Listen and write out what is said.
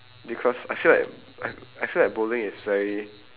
because I feel like I I feel like bowling is very